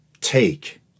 take